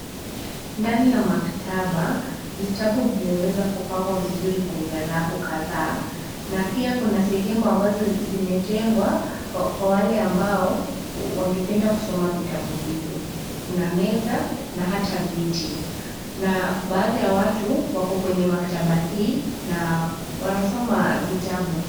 Ndani ya maktaba vitabu vimeweza kupangwa kwenye rafu kadhaa na pia kuna sehemu ambazo zimetengwa kwa wale ambao wangependa kusoma vitabu hivyo. Kuna meza na hata viti na baadhi ya watu wako kwenye maktaba hii na wanasoma vitabu.